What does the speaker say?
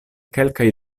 kelkaj